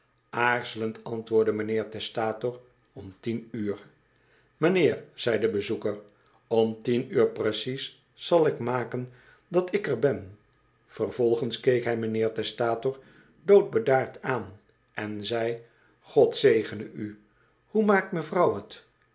aarzelend antwoordde mijnheer testator om tien uur mijnheer zei de bezoeker om tien uur precies zal ik maken dat ik er ben vervolgens keek hij mijnheer testator doodbedaard aan en zei god zegene u hoe maakt mevrouw t